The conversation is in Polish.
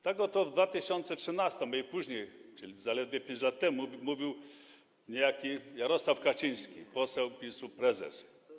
To w 2013 r. i później, czyli zaledwie 5 lat temu, mówił niejaki Jarosław Kaczyński, poseł PiS-u, prezes.